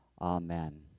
Amen